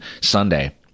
Sunday